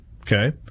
Okay